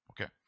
Okay